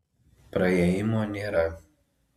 praėjimo nėra